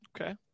okay